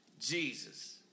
Jesus